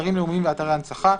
אתרים לאומיים ואתרי הנצחה,